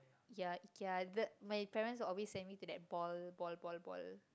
ya Ikea the my parents always send me to that ball ball ball ball